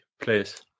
please